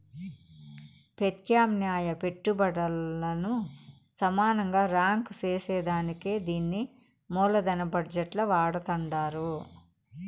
పెత్యామ్నాయ పెట్టుబల్లను సమానంగా రాంక్ సేసేదానికే దీన్ని మూలదన బజెట్ ల వాడతండారు